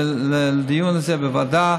סירב לדיון הזה בוועדה,